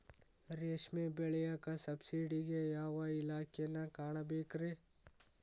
ರೇಷ್ಮಿ ಬೆಳಿಯಾಕ ಸಬ್ಸಿಡಿಗೆ ಯಾವ ಇಲಾಖೆನ ಕಾಣಬೇಕ್ರೇ?